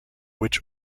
which